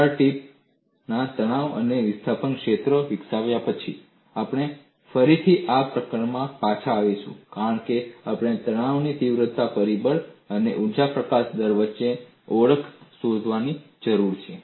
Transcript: તિરાડ ટીપtipsના તણાવ અને વિસ્થાપન ક્ષેત્રો વિકસાવ્યા પછી આપણે ફરીથી આ પ્રકરણમાં પાછા આવીશું કારણ કે આપણે તણાવની તીવ્રતા પરિબળ અને ઊર્જા પ્રકાશન દર વચ્ચેની ઓળખ શોધવાની જરૂર છે